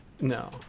no